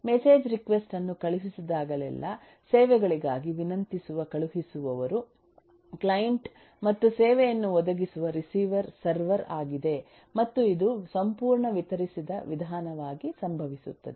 message request ಅನ್ನು ಕಳುಹಿಸಿದಾಗಲೆಲ್ಲಾ ಸೇವೆಗಳಿಗಾಗಿ ವಿನಂತಿಸುವ ಕಳುಹಿಸುವವರು ಕ್ಲೈಂಟ್ ಮತ್ತು ಸೇವೆಯನ್ನು ಒದಗಿಸುವ ರಿಸೀವರ್ ಸರ್ವರ್ ಆಗಿದೆ ಮತ್ತು ಇದು ಸಂಪೂರ್ಣ ವಿತರಿಸಿದ ವಿಧಾನವಾಗಿ ಸಂಭವಿಸುತ್ತದೆ